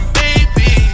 baby